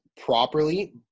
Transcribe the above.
properly